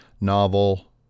novel